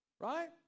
right